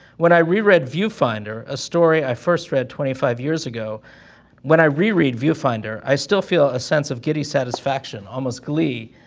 when i reread view finder a story i first read twenty-five years ago when i reread view finder, i still feel a sense of giddy satisfaction, almost glee,